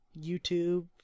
YouTube